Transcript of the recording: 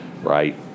right